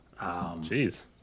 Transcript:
Jeez